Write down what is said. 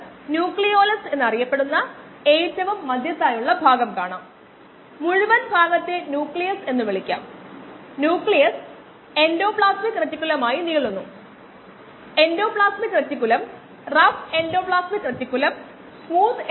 5 മണിക്കൂർ ഇൻവേഴ്സായിരിക്കുമ്പോൾ ലിറ്ററിന് 0